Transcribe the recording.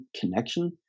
connection